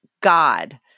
God